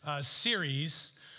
series